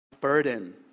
burden